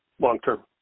long-term